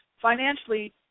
financially